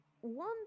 one